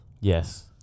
Yes